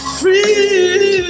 free